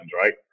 right